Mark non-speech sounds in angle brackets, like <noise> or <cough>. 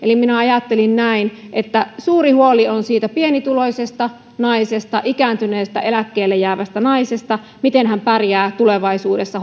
eli minä ajattelin näin että suuri huoli on siitä pienituloisesta naisesta ikääntyneestä eläkkeelle jäävästä naisesta siitä miten hän pärjää tulevaisuudessa <unintelligible>